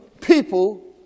people